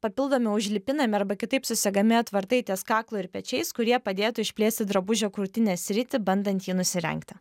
papildomi užlipinami arba kitaip susegami atvartai ties kaklu ir pečiais kurie padėtų išplėsti drabužio krūtinės sritį bandant jį nusirengti